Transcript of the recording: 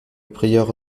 prieur